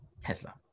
tesla